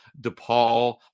DePaul